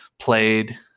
played